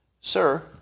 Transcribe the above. Sir